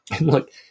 look